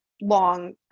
long